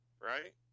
right